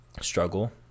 struggle